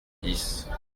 dix